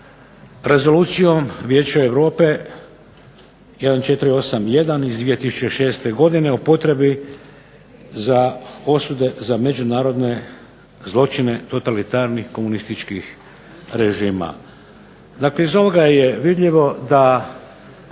rezolucijom Vijeća Europe 1481 iz 2006. godine o potrebi za osude za međunarodne zločine totalitarnih komunističkih režima. Dakle iz ovoga je vidljivo da